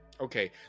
okay